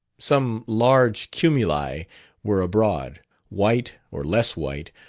some large cumuli were abroad white, or less white,